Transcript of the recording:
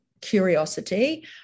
curiosity